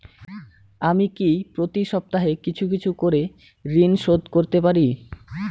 আমি কি প্রতি সপ্তাহে কিছু কিছু করে ঋন পরিশোধ করতে পারি?